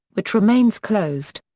which remains closed.